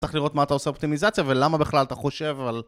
צריך לראות מה אתה עושה אופטימיזציה, ולמה בכלל אתה חושב על...